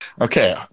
Okay